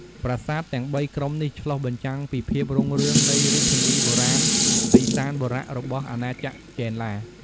ប្រាសាទទាំងបីក្រុមនេះឆ្លុះបញ្ចាំងពីភាពរុងរឿងនៃរាជធានីបុរាណឥសានបុរៈរបស់អាណាចក្រចេនឡា។